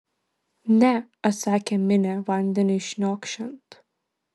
ne atsakė minė vandeniui šniokščiant